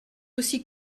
aussi